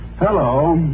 Hello